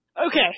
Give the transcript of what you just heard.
Okay